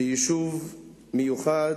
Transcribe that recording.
ביישוב מיוחד,